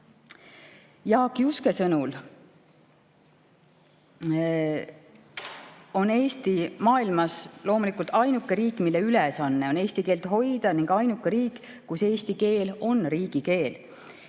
viia. Jaak Juske sõnul on Eesti maailmas loomulikult ainuke riik, mille ülesanne on eesti keelt hoida, ning ainuke riik, kus eesti keel on riigikeel.